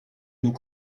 nous